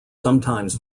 sometimes